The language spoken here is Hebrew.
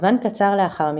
זמן קצר לאחר מכן,